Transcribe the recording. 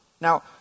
Now